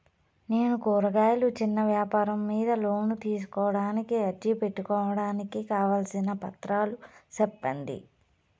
నేను కూరగాయలు చిన్న వ్యాపారం మీద లోను తీసుకోడానికి అర్జీ పెట్టుకోవడానికి కావాల్సిన పత్రాలు సెప్పండి?